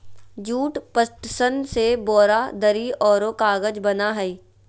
jute, पटसन से बोरा, दरी औरो कागज बना हइ